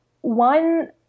one